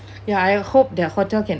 ya I hope the hotel can